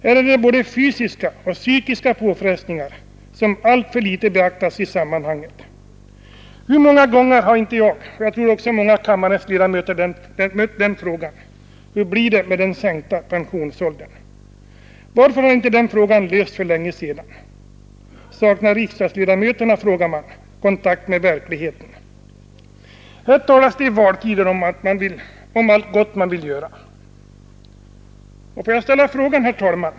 Här är det både fysiska och psykiska påfrestningar som alltför litet beaktas i sammanhanget. Hur många gånger har inte jag — och jag tror också många andra av kammarens ledamöter — mött frågorna: Hur blir det med den sänkta pensionsåldern? Varför har inte den frågan lösts för länge sedan? Saknar riksdagsledamöterna kontakt med verkligheten? Här talas det i valtider om allt gott man vill göra.